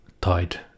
tied